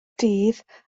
dydd